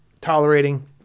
tolerating